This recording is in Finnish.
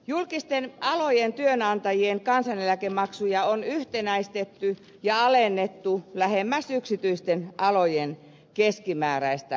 julkisten alojen työnantajien kansaneläkemaksuja on yhtenäistetty ja alennettu lähemmäs yksityisten alojen keskimääräistä maksutasoa